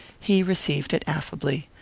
he received it affably.